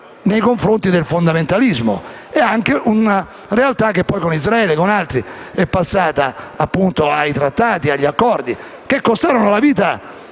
nei confronti del fondamentalismo e anche una realtà che poi, con Israele e altri Paesi, è passata a siglare trattati e accordi che costarono la vita